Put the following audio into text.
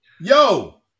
Yo